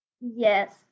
Yes